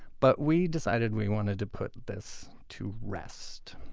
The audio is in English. but we decided we wanted to put this to rest.